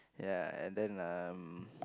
ya and then um